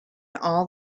all